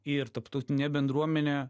ir tarptautinė bendruomenė